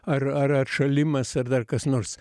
ar ar atšalimas ar dar kas nors